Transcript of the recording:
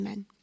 Amen